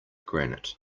granite